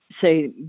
say